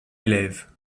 élève